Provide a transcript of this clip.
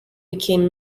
became